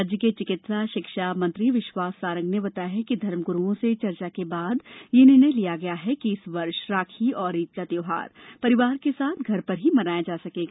राज्य के चिकित्सा शिक्षा मंत्री विश्वास सारंग ने बताया कि धर्मगुरुओं से चर्चा के बाद यह निर्णय लिया गया है कि इस वर्ष राखी और ईद का त्यौहार परिवार के साथ घर पर ही मनाया जा सकेगा